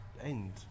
end